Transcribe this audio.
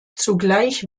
zugleich